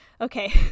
Okay